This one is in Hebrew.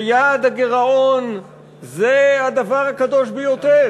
בוועדת הכספים, שיעד הגירעון זה הדבר הקדוש ביותר.